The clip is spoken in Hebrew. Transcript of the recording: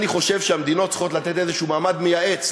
אני חושב שהמדינות צריכות לתת איזה מעמד מייעץ,